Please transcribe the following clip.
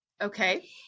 Okay